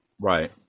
Right